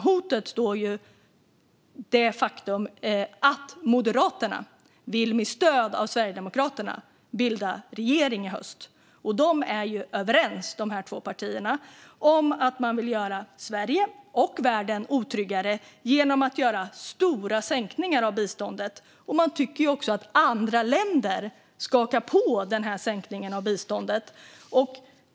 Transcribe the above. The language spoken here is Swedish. Hotet är det faktum att Moderaterna med stöd av Sverigedemokraterna vill bilda regering i höst. Dessa två partier är ju överens om att de vill göra Sverige och världen otryggare genom att göra stora sänkningar av biståndet. De tycker också att andra länder ska haka på den här sänkningen av biståndet.